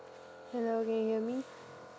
hello can you hear me